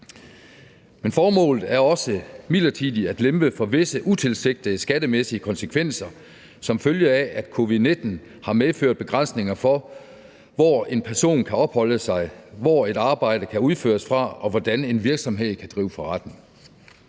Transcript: Men formålet er også midlertidigt at lempe for visse utilsigtede skattemæssige konsekvenser som følge af, at covid-19 har medført begrænsninger for, hvor en person kan opholde sig, hvor et arbejde kan udføres fra, og hvordan en virksomhed kan drive forretning.